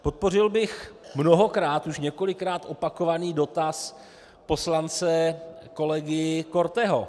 Podpořil bych mnohokrát už několikrát opakovaný dotaz poslance kolegy Korteho.